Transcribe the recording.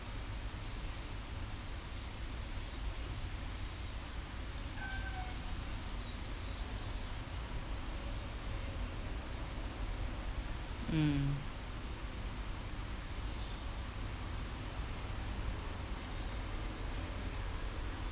mm